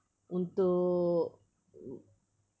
untuk ugh